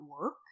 work